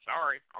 Sorry